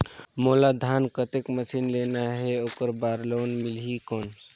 मोला धान कतेक मशीन लेना हे ओकर बार लोन मिलही कौन?